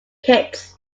kids